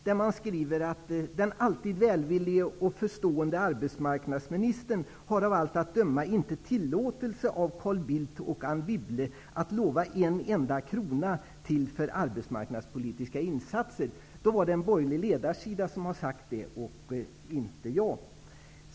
Det står så här: Den alltid välvillige och förstående arbetsmarknadsministern har av allt att döma inte tillåtelse av Carl Bildt och Anne Wibble att lova en enda krona till för arbetsmarknadspolitiska insatser. Detta har sagts på en borgerlig ledarsida och är alltså inte mina ord.